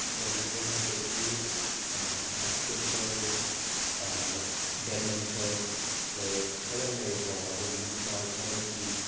volleyball ꯅꯠꯇ꯭ꯔꯁꯨ basketball badminton ꯂꯩꯔꯦ ꯃꯈꯜ ꯌꯥꯝ ꯂꯩꯔꯦꯀꯣ ꯑꯗꯨ ꯃꯨꯛꯅꯥ ꯀꯕꯥꯇꯤ